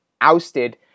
ousted